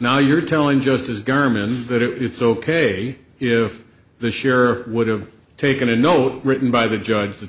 now you're telling just as garmin that it it's ok if the sheriff would have taken a note written by the judge that